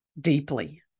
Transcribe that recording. deeply